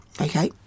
okay